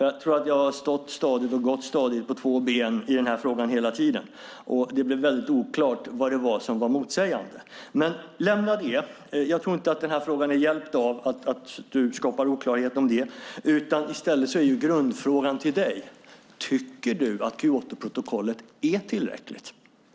Jag har stått och gått stadigt på två ben i frågan hela tiden. Det blev oklart vad som var motsägande. Lämna det. Jag tror inte att frågan är hjälpt av att du skapar oklarhet om det. I stället är grundfrågorna till dig: Tycker du att Kyotoprotokollet är tillräckligt?